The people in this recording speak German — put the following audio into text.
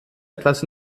etwas